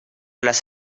las